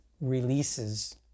releases